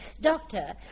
Doctor